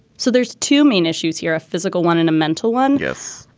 so there's two main issues here. a physical one and a mental one. yes.